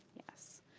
yes.